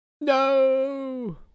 No